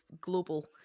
global